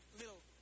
little